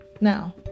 Now